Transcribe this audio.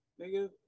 Nigga